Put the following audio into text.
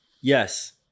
yes